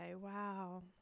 Wow